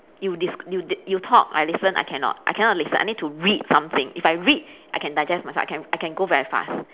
you this you the you talk I listen I cannot I cannot listen I need to read something if I read I can digest myself I can I can go very fast